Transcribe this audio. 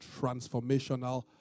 transformational